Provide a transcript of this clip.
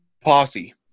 posse